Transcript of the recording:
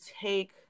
take